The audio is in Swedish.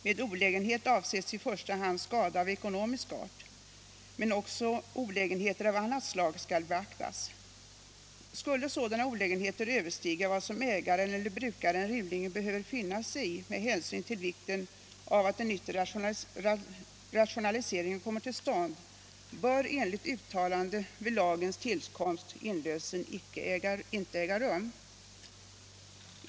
Med olägenhet avses i första hand skada av ekonomisk art, men också olägenheter av annat slag skall beaktas. Skulle sådana olägenheter överstiga vad som ägaren eller brukaren rimligen behöver finna sig i med hänsyn till vikten av att den yttre rationaliseringen kommer till stånd, bör enligt uttalanden vid lagens tillkomst inlösen inte äga rum.